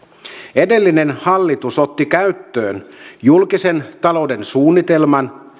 edellinen hallitus otti käyttöön julkisen talouden suunnitelman